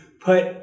put